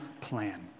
plan